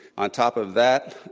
on top of that,